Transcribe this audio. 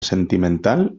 sentimental